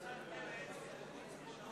קבוצת מרצ, תוכנית צפון ודרום,